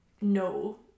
no